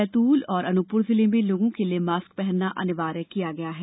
बैतूल और अनूपपुर जिले में लोगों के लिए मॉस्क पहनना अनिवार्य किया गया है